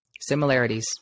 Similarities